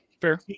fair